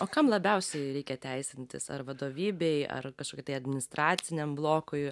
o kam labiausiai reikia teisintis ar vadovybei ar kažkokiai tai administraciniam blokui